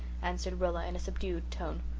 answered rilla in a subdued tone.